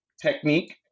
technique